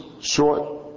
short